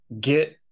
get